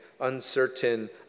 uncertain